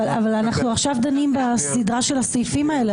אנחנו דנים עכשיו בסדרה של הסעיפים האלה,